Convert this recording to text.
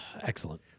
Excellent